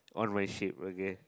on my shit okay